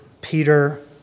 Peter